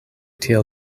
tiel